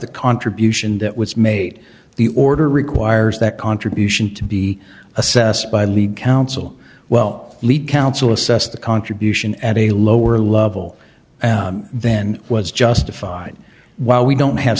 the contribution that was made the order requires that contribution to be assessed by lead counsel well lead counsel assessed the contribution at a lower level then was justified while we don't have